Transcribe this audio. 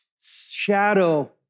shadow